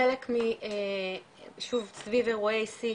חלק משוב, סביב אירועי שיא,